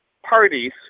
Parties